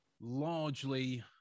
largely